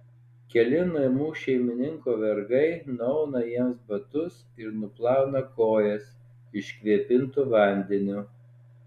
keli namų šeimininko vergai nuauna jiems batus ir nuplauna kojas iškvėpintu vandeniu